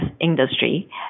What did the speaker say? industry